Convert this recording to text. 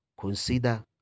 consider